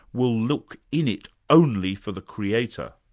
will look in it only for the creator.